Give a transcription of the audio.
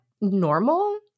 normal